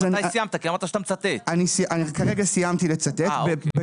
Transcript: אני רוצה בבקשה לצטט מהדוח של המועצה